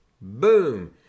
Boom